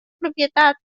propietat